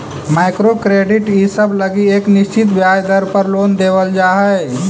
micro credit इसब लगी एक निश्चित ब्याज दर पर लोन देवल जा हई